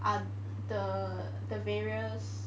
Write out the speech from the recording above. ah the the various